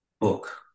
book